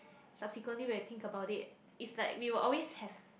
subsequently when think about it's like we will always have